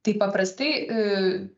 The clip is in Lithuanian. tai paprastai